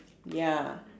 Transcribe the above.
ya